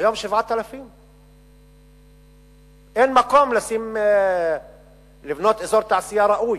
היום 7,000. אין מקום לבנות אזור תעשייה ראוי.